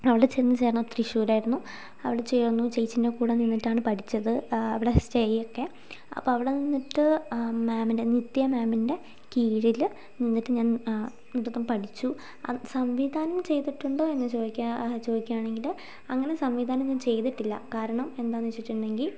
അവിടെ ചെന്ന് ചേർന്നത് തൃശ്ശൂർ ആയിരുന്നു അവിടെ ചേർന്നു ചേച്ചീന്റെ കൂടെ നിന്നിട്ടാണ് പഠിച്ചത് അവിടെ സ്റ്റേ ഒക്കെ അപ്പോൾ അവിടെ നിന്നിട്ട് മാമിൻ്റെ നിത്യാ മാമിൻ്റെ കീഴിൽ നിന്നിട്ട് ഞാൻ നൃത്തം പഠിച്ചു അത് സംവിധാനം ചെയ്തിട്ടുണ്ടോ എന്നു ചോദിക്കുക ചോദിക്കുകയാണെങ്കിൽ അങ്ങനെ സംവിധാനം ഞാൻ ചെയ്തിട്ടില്ല കാരണം എന്താണെന്ന് വച്ചിട്ടുണ്ടെങ്കിൽ